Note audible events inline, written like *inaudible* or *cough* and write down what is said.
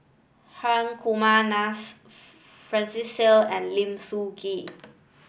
Hri Kumar *unintelligible* Francis Seow and Lim Sun Gee